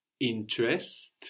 Interest